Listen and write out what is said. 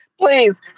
Please